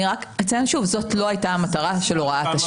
אני רק אציין שוב שזאת לא הייתה המטרה של הוראת השעה.